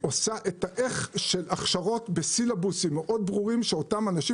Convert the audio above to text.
עושה את ההכשרות בסילבוסים מאוד ברורים שאותם אנשים